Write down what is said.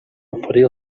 oferir